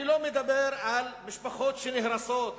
אני לא מדבר על משפחות שנהרסות,